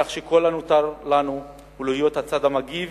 כך שכל שנותר לנו הוא להיות הצד המגיב